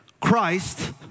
Christ